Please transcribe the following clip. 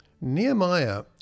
Nehemiah